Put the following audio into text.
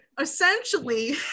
Essentially